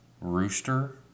Rooster